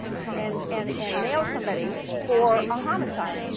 and and and nail somebody for a homicide.